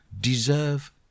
deserve